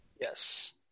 Yes